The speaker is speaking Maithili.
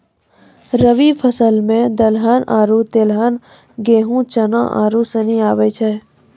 रवि फसल मे दलहन आरु तेलहन गेहूँ, चना आरू सनी आबै छै